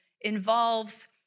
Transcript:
involves